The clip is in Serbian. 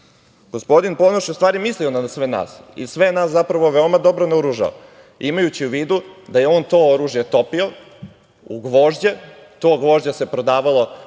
Gospodin Ponoš je u stvari mislio na sve nas i sve nas zapravo veoma dobro naoružao, imajući u vidu da je on to oružje topio u gvožđe. To gvožđe se prodavalo